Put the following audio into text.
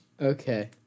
Okay